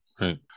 Right